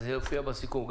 וזה יופיע בסיכום,